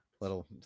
little